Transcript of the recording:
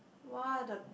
what a~